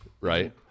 right